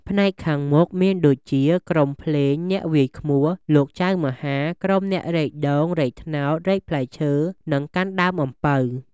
ផ្នែកខាងមុខ មានដូចជាក្រុមភ្លេង អ្នកវាយឃ្មោះ លោកចៅមហា ក្រុមអ្នករែកដូង រែកត្នោត រែកផ្លែឈើ និងកាន់ដើមអំពៅ។